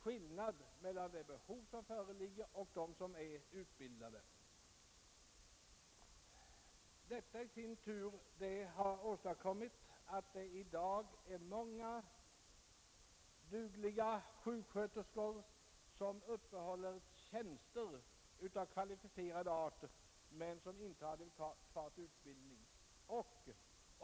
Skillnaden mellan det behov som här finns och antalet utbildade är alltså mycket stor, och detta har lett till att många dugliga sjuksköterskor i dag uppehåller tjänster av kvalificerad art utan att ha en adekvat utbildning härför.